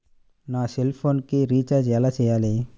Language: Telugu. నా సెల్ఫోన్కు రీచార్జ్ ఎలా చేయాలి?